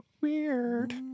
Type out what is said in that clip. weird